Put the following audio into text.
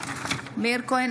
מאיר כהן,